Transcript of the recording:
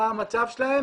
מה המצב שלהן,